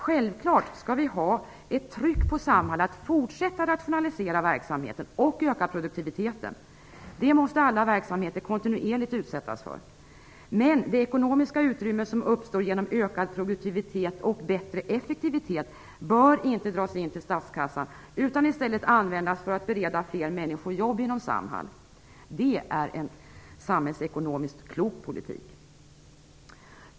Självklart skall vi ha ett tryck på Samhall att fortsätta rationalisera verksamheten och öka produktiviteten. Det måste alla verksamheter kontinuerligt utsättas för. Men det ekonomiska utrymme som uppstår genom ökad produktivitet och bättre effektivitet bör inte dras in till statskassan utan i stället användas för att bereda fler människor jobb inom Samhall. Det är en samhällsekonomiskt klok politik.